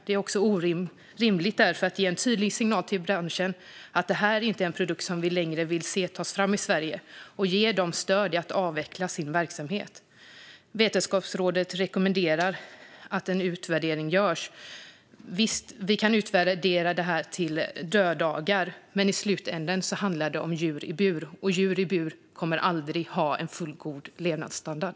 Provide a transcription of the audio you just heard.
Det är därför också rimligt att ge en tydlig signal till branschen om att detta är en produkt som vi inte längre vill se tas fram i Sverige och att ge dem stöd i att avveckla sin verksamhet. Vetenskapsrådet rekommenderar att en utvärdering görs. Visst kan vi utvärdera detta till döddagar, men i slutänden handlar det om djur i bur. Djur i bur kommer aldrig att ha en fullgod levnadsstandard.